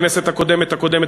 בכנסת הקודמת-הקודמת,